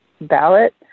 ballot